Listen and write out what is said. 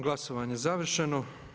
Glasovanje je završeno.